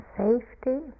safety